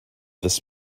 this